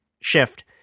shift